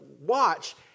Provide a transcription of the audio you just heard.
watch